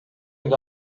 and